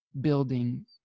building